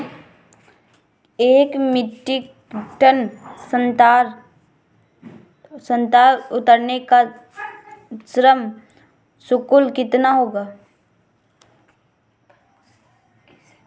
एक metric ton संतरा उतारने का श्रम शुल्क कितना होगा?